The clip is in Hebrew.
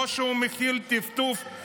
לא אכפת לך מביטחון מדינת ישראל?